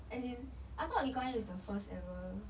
as in I thought lee kuan yew is the first ever